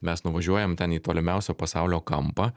mes nuvažiuojam ten į tolimiausią pasaulio kampą